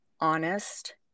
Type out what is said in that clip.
honest